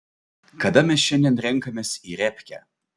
kada mes šiandien renkamės į repkę